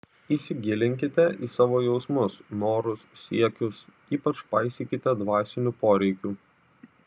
įsigilinkite į savo jausmus norus siekius ypač paisykite dvasinių poreikių